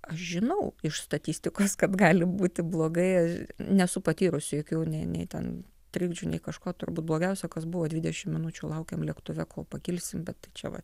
aš žinau iš statistikos kad gali būti blogai aš nesu patyrusi jokių nei nei ten trikdžių nei kažko turbūt blogiausia kas buvo dvidešimt minučių laukėm lėktuve kol pakilsim bet čia va